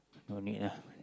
no need ah